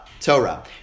Torah